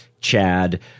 Chad